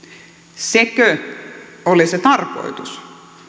sekö oli se tarkoitus